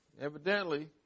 Evidently